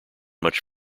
much